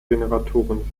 generatoren